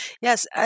Yes